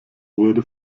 wurde